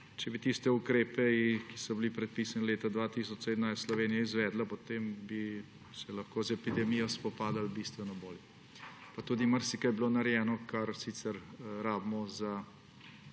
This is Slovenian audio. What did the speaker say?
Če bi tiste ukrepe, ki so bili predpisani leta 2017, Slovenija izvedla, potem bi se lahko z epidemijo spopadali bistveno bolje. Pa tudi marsikaj bi bilo narejeno, kar sicer rabimo za